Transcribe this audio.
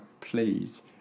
please